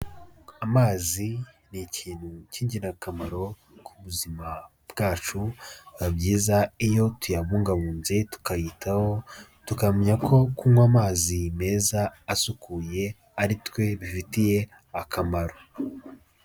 Amazi ni ikintu cy'ingirakamaro ku buzima bwacu, biba byiza iyo tuyabungabunze tukayitaho, tukamenya ko kunywa amazi meza asukuye ari twe bifitiye akamaro.